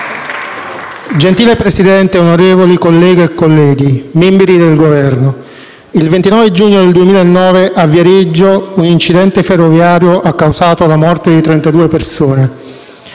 Signor Presidente, onorevoli colleghe e colleghi, membri del Governo, il 29 giugno 2009 a Viareggio un incidente ferroviario ha causato la morte di 32 persone: